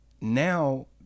Now